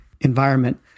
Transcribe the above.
environment